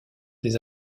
des